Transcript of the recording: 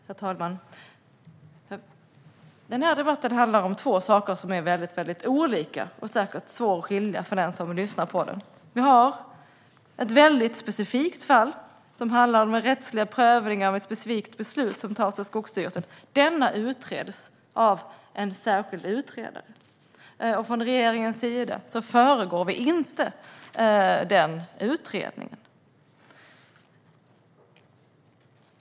Herr talman! Den här debatten handlar om två saker som är väldigt olika och säkert svåra att skilja åt för den som lyssnar. Det finns ett specifikt fall, som handlar om rättslig prövning av ett specifikt beslut som tas i Skogsstyrelsen. Detta utreds av en särskild utredare. Från regeringens sida föregriper vi inte den utredningen.